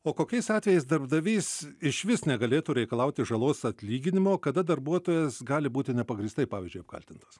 o kokiais atvejais darbdavys išvis negalėtų reikalauti žalos atlyginimo kada darbuotojas gali būti nepagrįstai pavyzdžiui apkaltintas